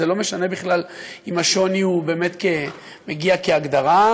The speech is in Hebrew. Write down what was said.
זה לא משנה בכלל אם השוני באמת מגיע כהגדרה,